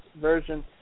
version